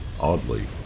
Oddly